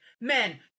Men